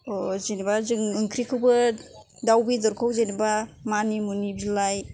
जेन'बा जों ओंख्रिखौबो दाव बेदरखौ जेन'बा मानि मुनि बिलाइ